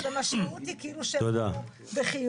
אז המשמעות היא כאילו שהם נענו בחיוב.